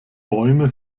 bäume